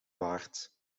waard